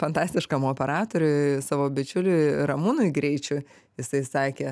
fantastiškam operatoriui savo bičiuliui ramūnui greičiui jisai sakė